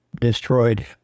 destroyed